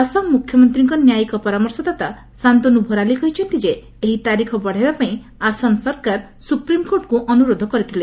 ଆସାମ୍ ମୁଖ୍ୟମନ୍ତ୍ରୀଙ୍କ ନ୍ୟାୟିକ ପରାମର୍ଶଦାତା ଶାନ୍ତନୁ ଭରାଲି କହିଛନ୍ତି ଯେ ଏହି ତାରିଖ ବଢ଼ାଇବା ପାଇଁ ଆସାମ ସରକାର ସୁପ୍ରିମ୍କୋର୍ଟଙ୍କୁ ଅନୁରୋଧ କରିଥିଲେ